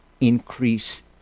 increase